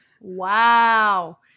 wow